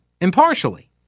impartially